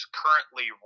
currently